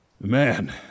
Man